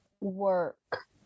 work